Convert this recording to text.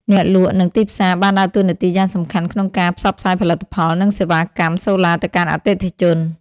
អ្នកលក់ និងទីផ្សារបានដើរតួនាទីយ៉ាងសំខាន់ក្នុងការ ផ្សព្វផ្សាយផលិតផល និងសេវាកម្ម សូឡាទៅកាន់អតិថិជន។